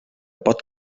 pot